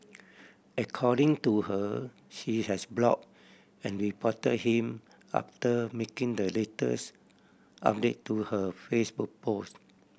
according to her she has block and report him after making the latest update to her Facebook post